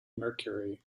mercury